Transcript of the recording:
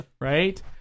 right